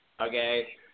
Okay